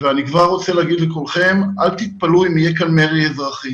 אני כבר רוצה להגיד לכולכם אל תתפלאו אם יהיה כאן מרי אזרחי.